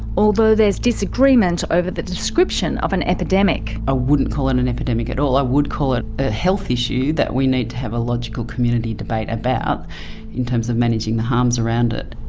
although there's disagreement over the description of an epidemic. i ah wouldn't call it an epidemic at all. i would call it a health issue that we need to have a logical community debate about in terms of managing the harms around it.